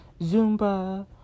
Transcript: Zumba